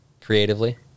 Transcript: creatively